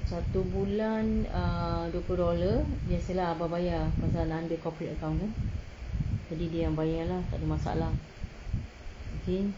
satu bulan err dua puluh dollar biasa lah abah bayar pasal under corporate account kan jadi dia yang bayar lah takde masalah okay